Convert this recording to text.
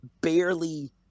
barely